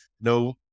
no